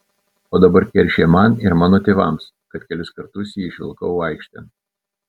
o dabar keršija man ir mano tėvams kad kelis kartus jį išvilkau aikštėn